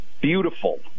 Beautiful